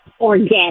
organic